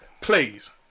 Please